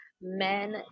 men